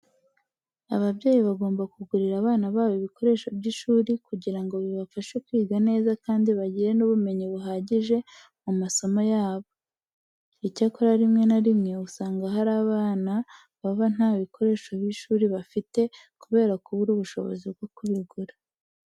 Ababyeyi bagomba kugurira abana babo ibikoresho by'ishuri kugira ngo bibafashe kwiga neza kandi bagire n'ubumenyi buhagije ku masomo yabo. Icyakora rimwe na rimwe usanga hari abana baba nta bikoresho by'ishuri bafite kubera kubura ubushobozi bwo kubigura.